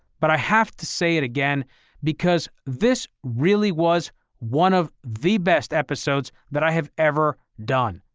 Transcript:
but i have to say it again because this really was one of the best episodes that i have ever done.